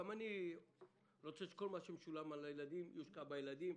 גם אני רוצה שכל מה שמשולם על הילדים יושקע בילדים,